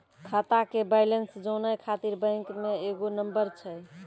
खाता के बैलेंस जानै ख़ातिर बैंक मे एगो नंबर छै?